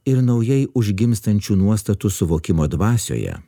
ir naujai užgimstančių nuostatų suvokimo dvasioje